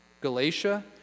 Galatia